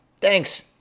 Thanks